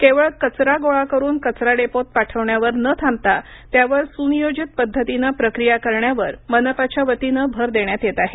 केवळ कचरा गोळा करून कचरा डेपोत पाठविण्यावर न थांबता त्यावर सुनियोजित पद्धतीनं पक्रिया करण्यावर मनपाच्या वतीने भर देण्यात येत आहे